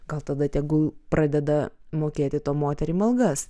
gal tada tegul pradeda mokėti to moterim algas